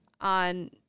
on –